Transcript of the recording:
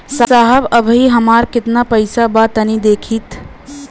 साहब अबहीं हमार कितना पइसा बा तनि देखति?